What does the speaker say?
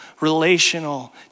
relational